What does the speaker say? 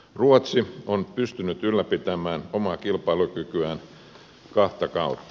ruotsi on pystynyt ylläpitämään omaa kilpailukykyään kahta kautta